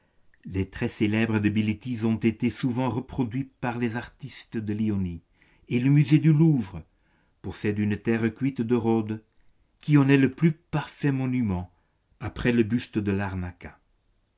les traits célèbres de bilitis ont été souvent reproduits par les artistes de l'ionie et le musée du louvre possède une terre cuite de rhodes qui en est le plus parfait monument après le buste de